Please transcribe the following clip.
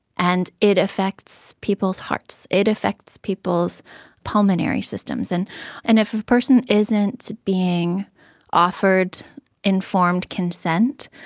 and it affects people's hearts, it affects people's pulmonary systems. and and if a person isn't being offered informed consent,